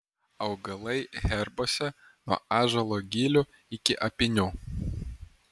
augalai herbuose nuo ąžuolo gilių iki apynių